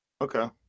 Okay